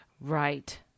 Right